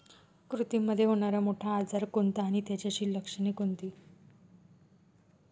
कुत्रीमध्ये होणारा मोठा आजार कोणता आणि त्याची लक्षणे कोणती?